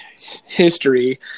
history